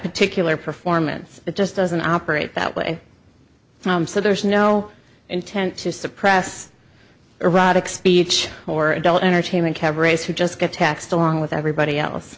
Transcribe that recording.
particular performance it just doesn't operate that way so there's no intent to suppress erotic speech or adult entertainment cabarets who just get taxed along with everybody else